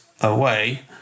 away